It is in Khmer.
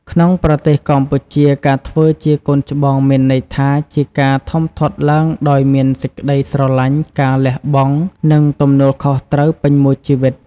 ក្នុងប្រទេសកម្ពុជា ការធ្វើជាកូនច្បងមានន័យថាជាការធំធាត់ឡើងដោយមានសេចក្ដីស្រឡាញ់ ការលះបង់ និងទំនួលខុសត្រូវពេញមួយជីវិត។